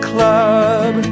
Club